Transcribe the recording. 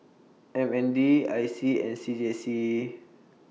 M N D I C and C J C